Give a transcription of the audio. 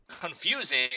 confusing